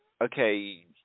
okay